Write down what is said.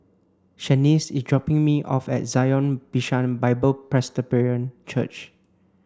Shaniece is dropping me off at Zion Bishan Bible Presbyterian Church